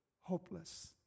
hopeless